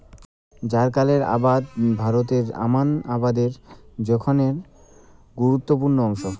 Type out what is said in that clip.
জ্বারকালের আবাদ ভারতত আমান আবাদের জোখনের গুরুত্বপূর্ণ অংশ